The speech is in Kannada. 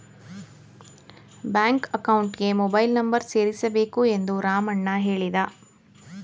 ಬ್ಯಾಂಕ್ ಅಕೌಂಟ್ಗೆ ಮೊಬೈಲ್ ನಂಬರ್ ಸೇರಿಸಬೇಕು ಎಂದು ರಾಮಣ್ಣ ಹೇಳಿದ